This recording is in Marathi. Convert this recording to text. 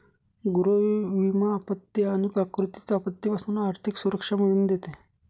गृह विमा आपत्ती आणि प्राकृतिक आपत्तीपासून आर्थिक सुरक्षा मिळवून देते